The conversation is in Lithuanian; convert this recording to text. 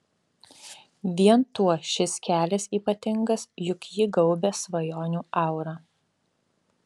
vien tuo šis kelias ypatingas juk jį gaubia svajonių aura